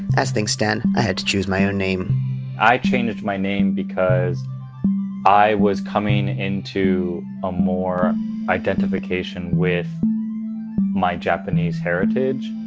as things stand, i had to choose my own name i changed my name because i was coming into a more identification with japanese heritage.